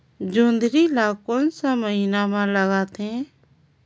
जोंदरी ला कोन सा महीन मां लगथे?